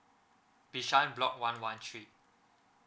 bishan block one one three